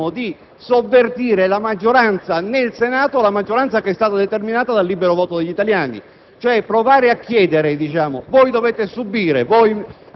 avviene noi, attraverso un *escamotage* tecnico, tenteremmo di sovvertire la maggioranza nel Senato quale è stata determinata dal libero voto degli italiani.